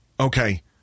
Okay